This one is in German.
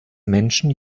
menschen